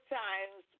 times